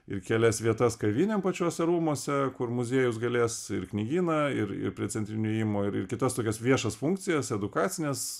ir kelias vietas kavinėm pačiuose rūmuose kur muziejus galės ir knygyną ir ir prie centrinio įėjimo ir ir kitas tokias viešas funkcijas edukacines